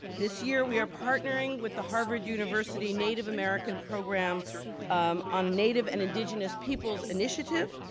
this year, we are partnering with the harvard university native american program on native and indigenous peoples initiative,